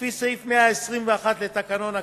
לפי סעיף 121 לתקנון הכנסת,